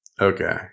Okay